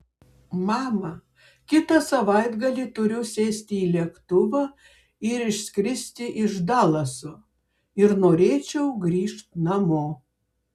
mama kitą savaitgalį turiu sėsti į lėktuvą ir išskristi iš dalaso ir norėčiau grįžt namo